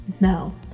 No